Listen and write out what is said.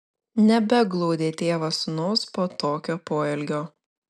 nebeglaudė tėvas sūnaus po tokio poelgio